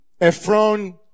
Ephron